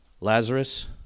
Lazarus